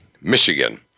Michigan